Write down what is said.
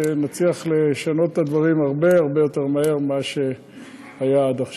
שנצליח לשנות את הדברים הרבה הרבה יותר מהר ממה שהיה עד עכשיו.